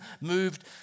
moved